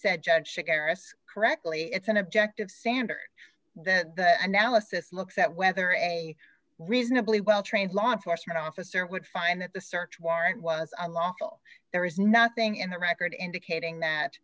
said judge shikaris correctly it's an objective standard that analysis looks at whether a reasonably well trained law enforcement officer would find that the search warrant was unlawful there is nothing in the record indicating that